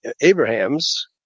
Abrahams